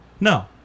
No